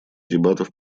дебатов